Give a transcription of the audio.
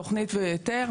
תכנית והיתר.